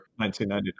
1999